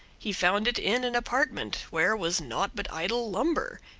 he found it in an apartment where was naught but idle lumber.